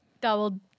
double